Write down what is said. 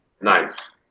Nice